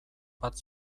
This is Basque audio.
bat